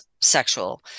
sexual